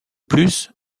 plus